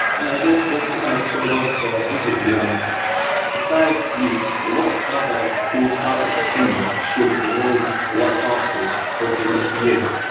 and i guess, just to kind of close off the the interview, um besides mookh, what are cool startups in kenya should the world watch out for over the next few years?